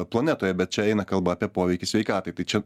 planetoje bet čia eina kalba apie poveikį sveikatai tai čia